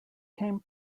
came